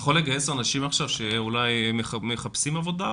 יכול לגייס אנשים עכשיו שאולי מחפשים עבודה,